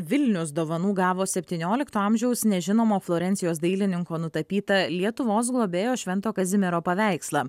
vilnius dovanų gavo septyniolikto amžiaus nežinomo florencijos dailininko nutapytą lietuvos globėjo švento kazimiero paveikslą